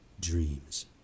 dreams